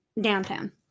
downtown